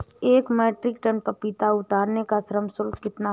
एक metric tonne पपीता उतारने का श्रम शुल्क कितना होगा?